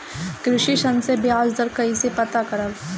कृषि ऋण में बयाज दर कइसे पता करब?